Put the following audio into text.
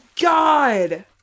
God